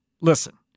Listen